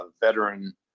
veteran